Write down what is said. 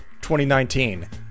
2019